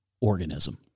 organism